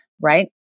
right